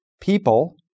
people